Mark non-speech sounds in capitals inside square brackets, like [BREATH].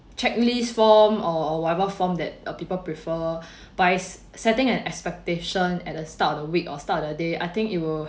checklist form or whatever form that uh people prefer [BREATH] by setting an expectation at the start of the week or start a day I think it will